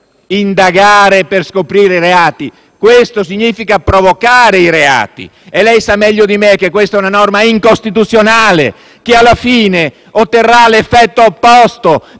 indagare per scoprire reati, bensì provocare i reati e lei sa meglio di me che questa è una norma incostituzionale che alla fine otterrà l'effetto opposto